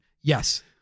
Yes